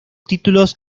títulos